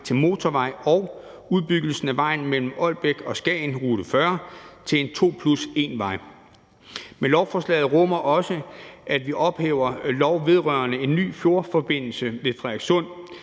til motorvej og udbyggelsen af vejen mellem Ålbæk og Skagen, rute 40, til en 2 plus 1-vej. Men lovforslaget rummer også, at vi ophæver lov vedrørende en ny fjordforbindelse ved Frederikssund.